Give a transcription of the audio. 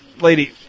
lady